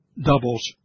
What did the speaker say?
doubles